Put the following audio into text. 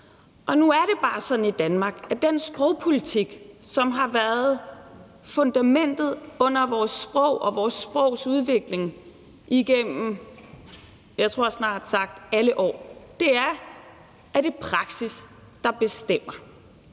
Nu er det bare sådan i Danmark, at den sprogpolitik, som har været fundamentet under vores sprog og vores sprogs udvikling igennem, jeg tror snart sagt alle år, er, at det er praksis, der bestemmer.